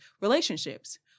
relationships